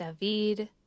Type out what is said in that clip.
David